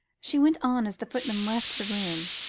she went on, as the footman left the room.